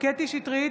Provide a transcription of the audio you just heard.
קטי קטרין שטרית,